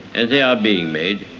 and they are being made,